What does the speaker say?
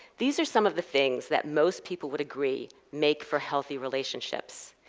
these are some of the things that most people would agree make for healthy relationships.